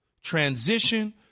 transition